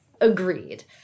agreed